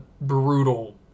brutal